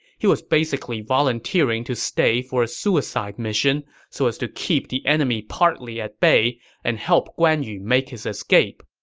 he was basically volunteering to stay for a suicide mission so as to keep the enemy partly at bay to and help guan yu make his escape.